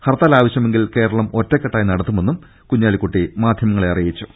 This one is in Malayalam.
ഹർത്താൽ ആവശ്യമെങ്കിൽ കേരളം ഒറ്റക്കെട്ടായി നടത്തുമെന്നും കുഞ്ഞാ ലിക്കുട്ടി മാധ്യമങ്ങളെ അറിയിച്ചു